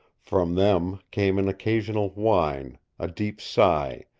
from them came an occasional whine, a deep sigh,